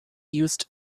used